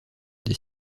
des